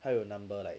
还有 number like